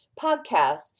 podcasts